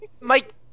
Mike